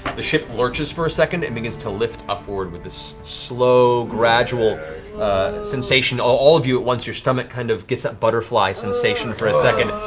the ship lurches for a second, and begins to lift upward with this slow, gradual sensation. all all of you at once, your stomach kind of gets that butterfly sensation for a second,